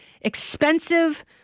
expensive